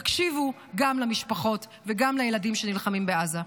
תקשיבו וגם למשפחות וגם לילדים שנלחמים בעזה.